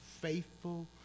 faithful